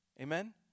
Amen